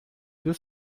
deux